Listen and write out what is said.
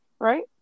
Right